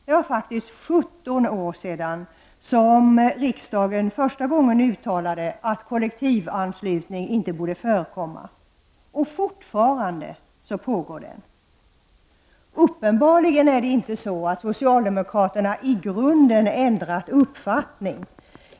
Det är faktiskt 17 år sedan riksdagen första gången uttalade att kollektivanslutning inte borde förekomma, men fortfarande pågår den. Uppenbarligen har inte socialdemokraterna i grunden ändrat uppfattning.